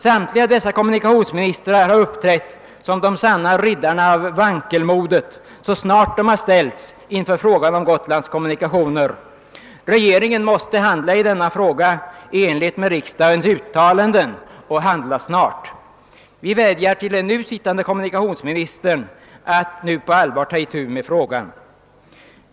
Samtliga dessa kommunikationsministrar har uppträtt som de sanna riddarna av vankelmodet så snart de har ställts inför frågan om Gotlands kommunikationer. Regeringen måste handla i denna fråga i enlighet med riksdagens uttalanden och handla snart. Vi vädjar till den nu sittande kommunikationsministern att på allvar ta itu med frågan.